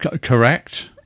Correct